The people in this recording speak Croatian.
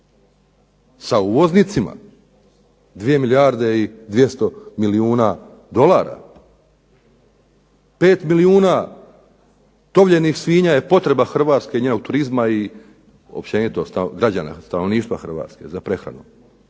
Sa uvoznicima 2 milijarde i 200 milijuna dolara. Pet milijuna tovljenih svinja je potreba Hrvatske i njenog turizma i općenito građana, stanovništva Hrvatske za prehranu,